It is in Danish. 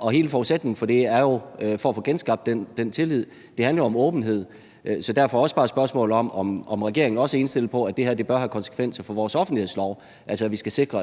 Og hele forudsætningen for at få genskabt den tillid handler jo om åbenhed. Så derfor vil jeg bare spørge, om regeringen også er indstillet på, at det her bør have konsekvenser for vores offentlighedslov, så vi sikrer